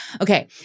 Okay